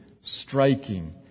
striking